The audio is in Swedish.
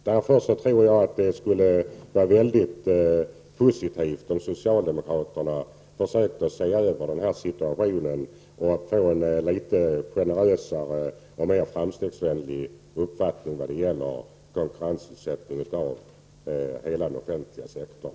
Därför tror jag att det skulle vara väldigt positivt om socialdemokraterna försökte se över situationen och därmed få en något generösare och mer framstegs vänlig uppfattning vad gäller konkurrensutsättning av hela den offentliga sektorn.